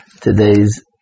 today's